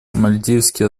мальдивские